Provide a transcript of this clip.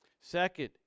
Second